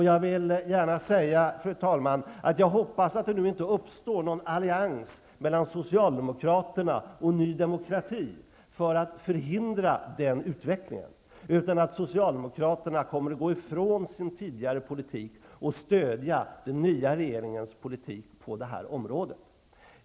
Jag vill gärna säga, fru talman, att jag hoppas att det nu inte uppstår någon allians mellan socialdemokraterna och nydemokrati för att förhindra den utvecklingen, utan att socialdemokraterna kommer att gå ifrån sin tidigare politik och stödja den nya regeringens politik på det här området.